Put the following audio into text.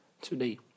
Today